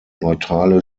neutrale